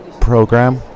program